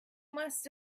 must